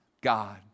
God